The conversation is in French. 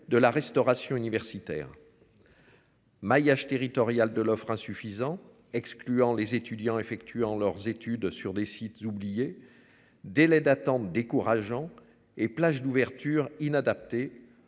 de la restauration universitaire. Maillage territorial de l'offre insuffisant excluant les étudiants effectuant leurs études sur des sites. Délai d'attente décourageant et plages d'ouverture inadaptée